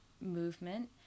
movement